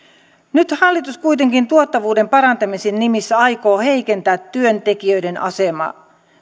nyt hallitus kuitenkin tuottavuuden parantamisen nimissä aikoo heikentää työntekijöiden asemaa